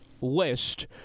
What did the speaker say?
list –